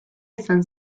izan